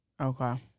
Okay